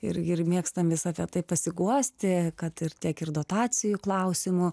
ir ir mėgstam vis apie tai pasiguosti kad ir tiek ir dotacijų klausimu